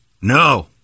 No